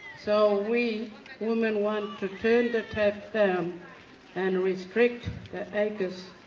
so we women want to turn the tap down and restrict access